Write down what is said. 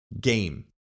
game